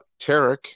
Tarek